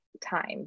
time